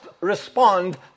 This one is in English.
respond